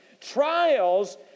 trials